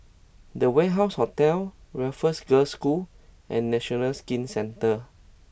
The Warehouse Hotel Raffles Girls' School and National Skin Centre